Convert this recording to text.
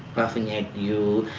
laughing at you.